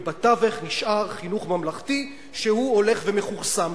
ובתווך נשאר חינוך ממלכתי שהולך ומכורסם.